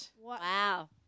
Wow